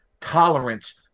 tolerance